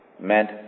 meant